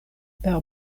per